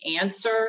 answer